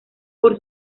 por